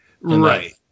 Right